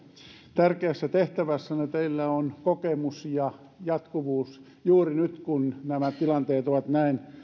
tärkeässä tehtävässänne teillä on kokemus ja jatkuvuus juuri nyt kun nämä tilanteet ovat näin